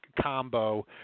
combo